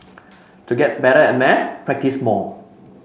to get better at maths practise more